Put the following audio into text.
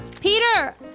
Peter